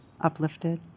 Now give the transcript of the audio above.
uplifted